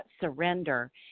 surrender